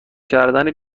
کردن